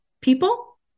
people